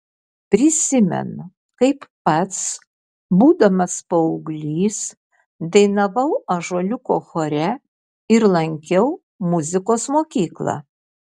prisimenu kaip pats būdamas paauglys dainavau ąžuoliuko chore ir lankiau muzikos mokyklą